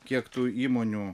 kiek tų įmonių